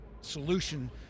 solution